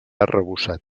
arrebossat